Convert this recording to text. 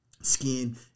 skin